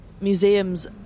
museums